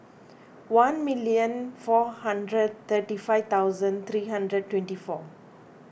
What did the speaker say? one million four hundred thirty five thousand three hundred twenty four